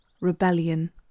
rebellion